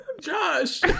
Josh